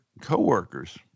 coworkers